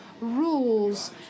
rules